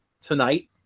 tonight